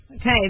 Okay